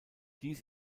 dies